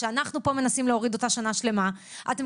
שאנחנו פה מנסים להוריד אותה שנה שלמה; אתם